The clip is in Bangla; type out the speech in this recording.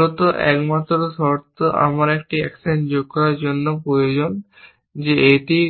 মূলত একমাত্র শর্ত আমার একটি অ্যাকশন যোগ করার জন্য প্রয়োজন যে এটি